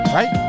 Right